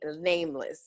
nameless